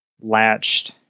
latched